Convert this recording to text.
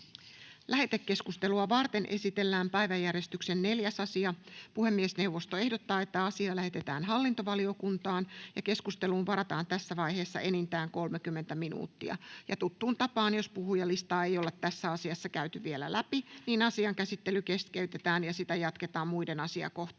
Lähetekeskustelua varten esitellään päiväjärjestyksen 5. asia. Puhemiesneuvosto ehdottaa, että asia lähetetään sivistysvaliokuntaan. Keskusteluun varataan tässä vaiheessa enintään 30 minuuttia. Jos puhujalistaa ei tässä ajassa ehditä käydä loppuun, asian käsittely keskeytetään ja sitä jatketaan muiden asiakohtien